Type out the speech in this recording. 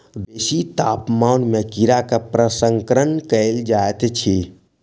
बेसी तापमान में कीड़ा के प्रसंस्करण कयल जाइत अछि